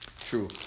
True